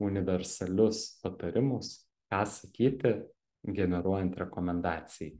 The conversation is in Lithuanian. universalius patarimus ką sakyti generuojant rekomendacijai